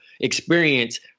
experience